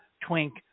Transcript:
twink